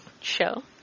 show